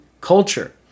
culture